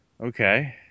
Okay